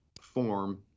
form